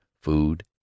food